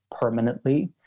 permanently